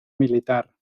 militar